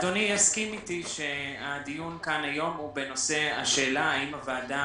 אדוני יסכים איתי שהדיון כאן היום הוא בנושא השאלה האם הוועדה